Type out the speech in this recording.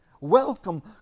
Welcome